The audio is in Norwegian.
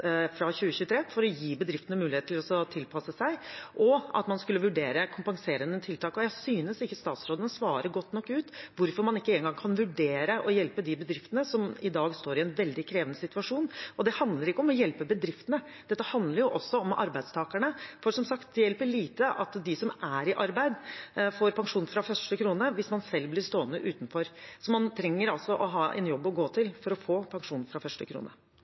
fra 2023, for å gi bedriftene mulighet til å tilpasse seg, og at man skulle vurdere kompenserende tiltak. Jeg synes ikke statsråden svarer godt nok ut hvorfor man ikke engang kan vurdere å hjelpe de bedriftene som i dag står i en veldig krevende situasjon. Dette handler ikke bare om å hjelpe bedriftene. Det handler også om arbeidstakerne. Som sagt, det hjelper lite at de som er i arbeid, får pensjon fra første krone hvis man selv blir stående utenfor. Man trenger å ha en jobb å gå til for å få pensjon fra første krone. Jeg synes det er litt rart at man skal sette pensjon fra første krone